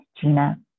Gina